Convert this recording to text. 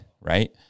right